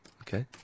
Okay